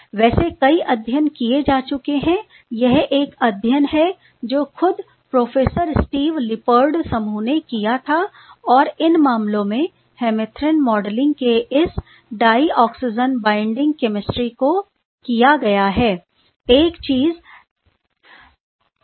वैसे कई अध्ययन किए जा चुके हैं यह एक अध्ययन है जो खुद प्रोफेसर स्टीव लिपपर्ड समूह ने किया था और इन मामलों में हेमरथ्रिन मॉडलिंग के इस डाइऑक्सीजन बाइंडिंग केमिस्ट्री को किया गया है